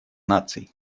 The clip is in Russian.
наций